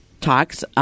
talks –